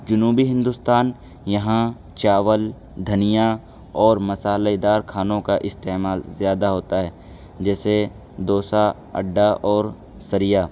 جنوبی ہندوستان یہاں چاول دھنیا اور مسالہ دار کھانوں کا استعمال زیادہ ہوتا ہے جیسے دوسہ اڈا اور سریا